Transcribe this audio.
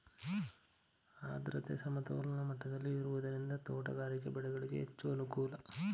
ಆದ್ರತೆ ಸಮತೋಲನ ಮಟ್ಟದಲ್ಲಿ ಇರುವುದರಿಂದ ತೋಟಗಾರಿಕೆ ಬೆಳೆಗಳಿಗೆ ಹೆಚ್ಚು ಅನುಕೂಲ